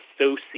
associate